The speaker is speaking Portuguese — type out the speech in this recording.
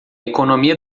economia